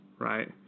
Right